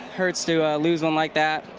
hurts to lose one like that.